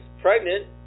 pregnant